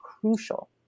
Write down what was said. crucial